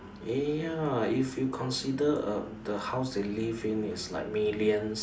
eh ya if you consider a the house they live in is like millions